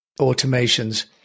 automations